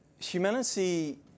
Humanity